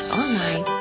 online